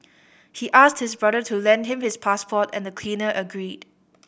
he asked his brother to lend him his passport and the cleaner agreed